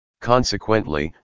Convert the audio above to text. Consequently